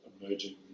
emerging